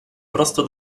prosto